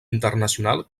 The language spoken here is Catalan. internacional